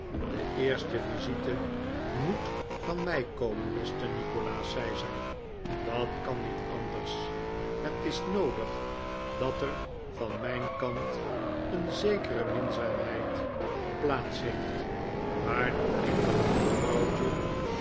de eerste visite m o e t van mij komen beste nikolaas zei zij dat kan niet anders het is noodig dat er van mijn kant een zekere minzaamheid plaats heeft waardoor ik dat jonge vrouwtje